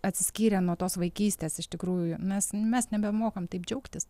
atsiskyrę nuo tos vaikystės iš tikrųjų mes mes nebemokam taip džiaugtis